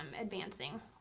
advancing